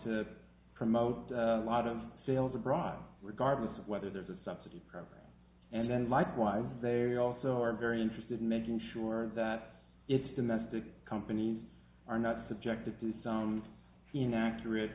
to promote a lot of sales abroad regardless of whether there's a subsidy program and then likewise they also are very interested in making sure that its domestic companies are not subjected to some inaccurate